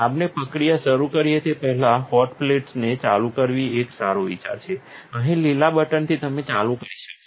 આપણે પ્રક્રિયા શરૂ કરીએ તે પહેલાં હોટ પ્લેટ્સને ચાલુ કરવી એ એક સારો વિચાર છે અહીં લીલા બટનથી તમે ચાલુ કરી શકો છો